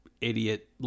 idiot